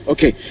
Okay